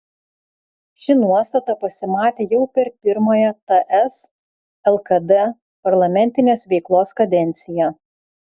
ši nuostata pasimatė jau per pirmąją ts lkd parlamentinės veiklos kadenciją